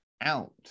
out